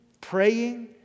praying